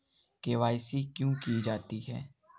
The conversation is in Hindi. के.वाई.सी क्यों की जाती है?